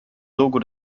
logo